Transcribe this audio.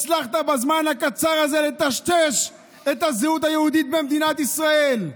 בזמן הקצר הזה הצלחת לטשטש את הזהות היהודית במדינת ישראל.